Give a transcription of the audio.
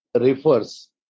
refers